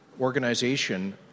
organization